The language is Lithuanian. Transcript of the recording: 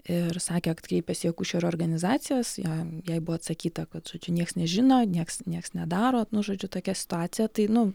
ir sakė kad kreipės į akušerių organizacijas jai buvo atsakyta kad nieks nežino nieks nieks nedaro nu žodžiu tokia situacija tai nu